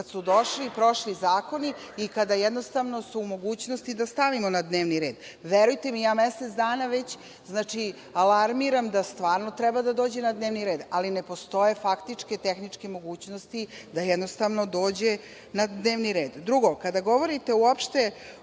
kada su došli i prošli zakoni i kada smo u mogućnosti da stavimo na dnevni red. Verujte mi, već mesec dana alarmiram da stvarno treba da dođe na dnevni red, ali ne postoje faktičke tehničke mogućnosti da dođe na dnevni red. Drugo, kada govorite o